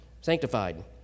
Sanctified